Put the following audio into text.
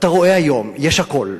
ואתה רואה היום שיש הכול,